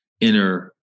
inner